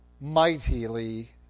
mightily